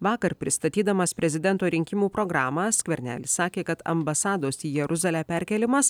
vakar pristatydamas prezidento rinkimų programą skvernelis sakė kad ambasados į jeruzalę perkėlimas